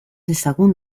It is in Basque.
dezagun